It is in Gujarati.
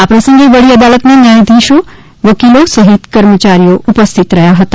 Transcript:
આ પ્રસંગે વડી અદાલતના ન્યાયાધીશો વકીલો સહિત કર્મચારીઓ ઉપસ્થિત રહ્યા હતા